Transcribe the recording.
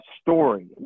story